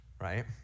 Right